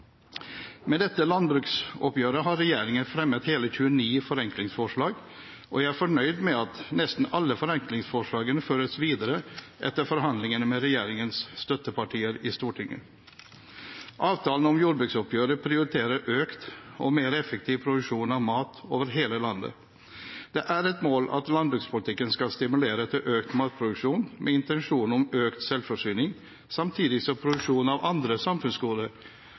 Med dette landbruksoppgjøret har regjeringen fremmet hele 29 forenklingsforslag, og jeg er fornøyd med at nesten alle forenklingsforslagene føres videre etter forhandlingene med regjeringens støttepartier i Stortinget. Avtalen om jordbruksoppgjøret prioriterer økt og mer effektiv produksjon av mat over hele landet. Det er et mål at landbrukspolitikken skal stimulere til økt matproduksjon med intensjon om økt selvforsyning, samtidig som produksjon av andre samfunnsgoder